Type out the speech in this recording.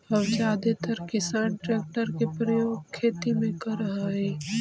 अब जादेतर किसान ट्रेक्टर के प्रयोग खेती में करऽ हई